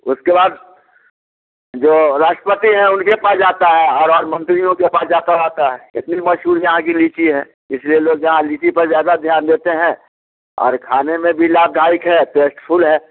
उसके बाद जो राष्ट्रपति हैं उनके पास जाता है और मंत्रियों के पास जाता रहता है इतनी मशहूर यहाँ की लीची है इसीलिए लोग यहाँ लीची पर ज़्यादा ध्यान देते हैं और खाने में भी लाभदायक है टेस्ट फुल है